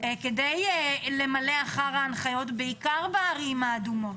כדי למלא אחר ההנחיות, בעיקר בערים האדומות?